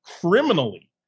criminally